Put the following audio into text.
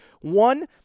One